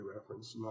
reference